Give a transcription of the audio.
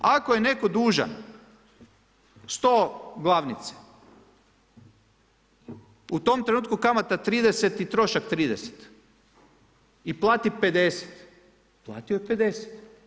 Ako je netko dužan 100 glavnice, u tom trenutku kamata 30 i trošak 30 i plati 50, platio je 50.